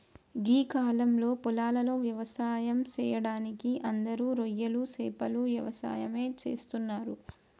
గీ కాలంలో పొలాలలో వ్యవసాయం సెయ్యడానికి అందరూ రొయ్యలు సేపల యవసాయమే చేస్తున్నరు